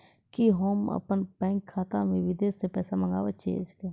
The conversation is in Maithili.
कि होम अपन बैंक खाता मे विदेश से पैसा मंगाय सकै छी?